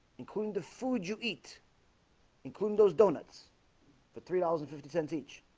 including the food you eat including those donuts for three dollars and fifty cents each